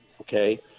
okay